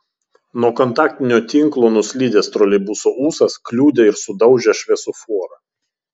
nuo kontaktinio tinklo nuslydęs troleibuso ūsas kliudė ir sudaužė šviesoforą